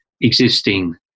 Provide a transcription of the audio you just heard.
existing